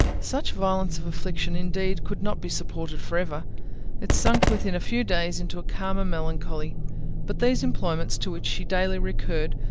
such violence of affliction indeed could not be supported for ever it sunk within a few days into a calmer melancholy but these employments, to which she daily recurred,